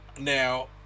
now